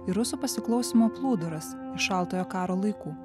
ir rusų pasiklausymo plūduras šaltojo karo laikų